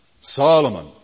Solomon